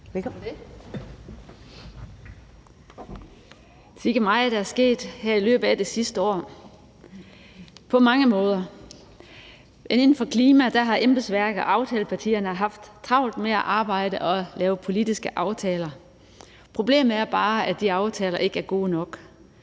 Sikke meget der er sket her i løbet af det sidste år – på mange måder. Inden for klimaområdet har embedsværket og aftalepartierne haft travlt med at arbejde og lave politiske aftaler. Problemet er bare, at de aftaler ikke er gode nok.